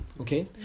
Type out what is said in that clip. Okay